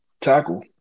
tackle